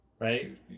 Right